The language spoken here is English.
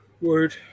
Word